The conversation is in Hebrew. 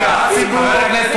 תודה רבה.